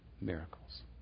miracles